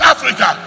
Africa